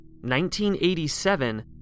1987